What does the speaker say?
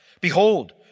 behold